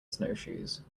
snowshoes